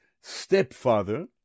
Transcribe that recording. stepfather